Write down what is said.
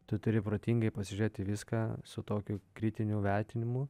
tu turi protingai pasižiūrėti į viską su tokiu kritiniu vertinimu